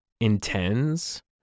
intends